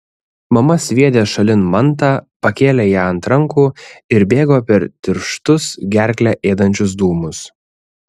mama sviedė šalin mantą pakėlė ją ant rankų ir bėgo per tirštus gerklę ėdančius dūmus